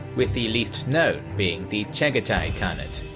with the least known being the chagatai khanate.